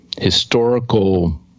historical